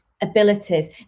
abilities